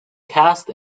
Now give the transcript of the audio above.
cast